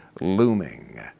looming